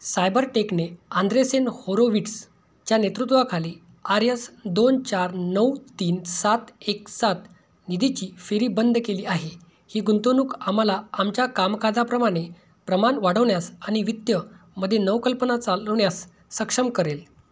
cyber टेकने Andreessen होरोविट्सच्या नेतृत्वाखाली आर यस दोन चार नऊ तीन सात एक सात निधीची फेरी बंद केली आहे ही गुंतवणूक आम्हाला आमच्या कामकाजाप्रमाणे प्रमाण वाढवण्यास आणि वित्यमध्ये नवकल्पना चालवण्यास सक्षम करेल